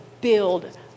build